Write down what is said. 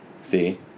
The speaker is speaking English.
See